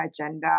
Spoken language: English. agenda